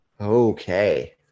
Okay